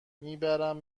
میبرم